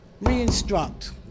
re-instruct